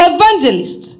Evangelist